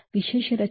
ವಿಶೇಷ ರಚನೆ